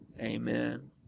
Amen